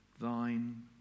Thine